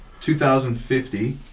2,050